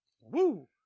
Woo